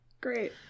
Great